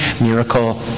miracle